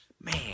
man